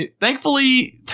thankfully